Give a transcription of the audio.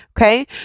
Okay